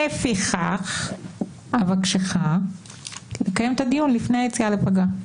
לפיכך אבקשך לקיים את הדיון לפני היציאה לפגרה.